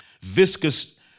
viscous